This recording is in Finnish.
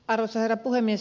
arvoisa herra puhemies